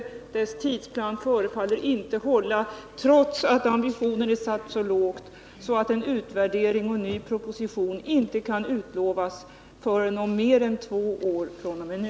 Delegationens tidsplan förefaller inte hålla, trots att ambitionen är satt så lågt att en utvärdering och ny proposition inte kan utlovas förrän om mer än två år fr.o.m. nu.